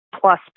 plus